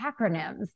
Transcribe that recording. acronyms